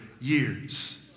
years